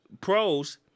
pros